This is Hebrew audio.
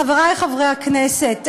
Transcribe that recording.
חברי חברי הכנסת,